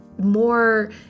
More